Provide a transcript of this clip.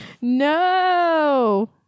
No